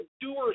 doers